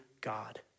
God